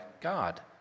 God